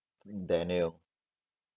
daniel